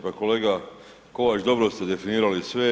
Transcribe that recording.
Pa kolega Kovač, dobro ste definirali sve.